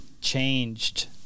changed